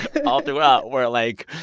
and all throughout where, like,